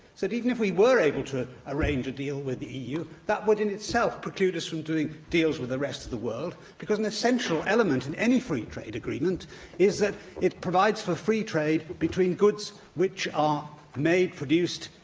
that, even if we were able to arrange a deal with the eu, that would in itself preclude us from doing deals with the rest of the world, because an essential element in any free trade agreement is that it provides for free trade between goods that are made, produced,